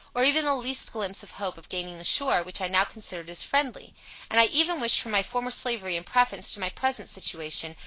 or even the least glimpse of hope of gaining the shore which i now considered as friendly and i even wished for my former slavery in preference to my present situation,